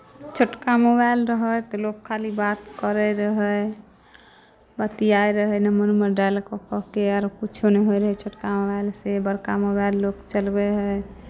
छोटका मोबाइल रहय तऽ लोक खाली बात करैत रहय बतियाइत रहय नंबर उंबर डालइ कऽ कऽ के आर कइछो नहि होइत रहय छोटका मोबाइलसँ बड़का मोबाइल लोक चलबैत हइ